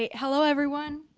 ah hello, everyone.